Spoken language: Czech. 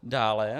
Dále.